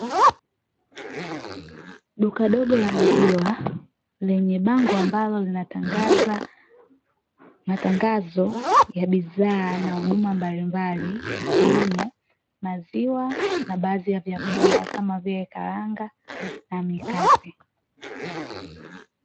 Duka dogo la maziwa lenye bango ambalo linatangaza matangazo ya bidhaa na huduma mbalimbali, ikiwemo maziwa na baadhi ya vyakula kama vile karanga na mikate.